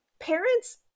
Parents